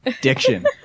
diction